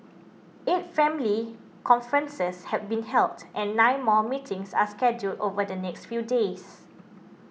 eight family conferences have been held and nine more meetings are scheduled over the next few days